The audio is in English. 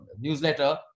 newsletter